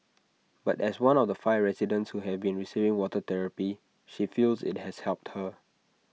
but as one of the five residents who have been receiving water therapy she feels IT has helped her